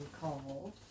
called